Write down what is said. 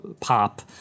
pop